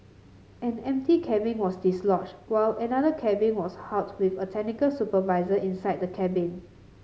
an empty cabin was dislodged while another cabin was halted with a technical supervisor inside the cabin